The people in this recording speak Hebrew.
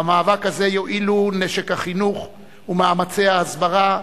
במאבק הזה יועילו נשק החינוך ומאמצי ההסברה,